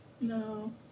No